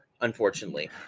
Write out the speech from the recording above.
unfortunately